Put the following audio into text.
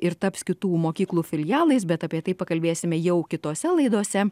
ir taps kitų mokyklų filialais bet apie tai pakalbėsime jau kitose laidose